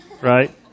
right